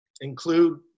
include